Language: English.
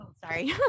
sorry